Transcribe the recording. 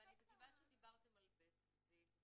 ומכיוון שדיברתם על 'בית זיו',